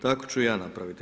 Tako ću i ja napraviti.